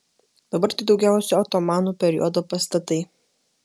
dabar tai daugiausiai otomanų periodo pastatai